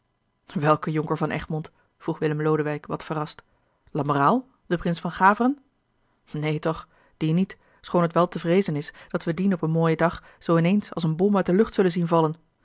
jonker van egmond vroeg willem lodewijk wat verrast lamoraal den prins van gaveren neen toch die niet schoon het wel te vreezen is dat we dien op een mooi en dag zoo in eens als een bom uit de lucht zullen zien vallen